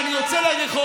אני אגיד לך,